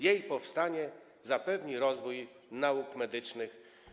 Jej powstanie zapewni rozwój nauk medycznych.